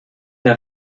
d’un